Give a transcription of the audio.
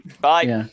Bye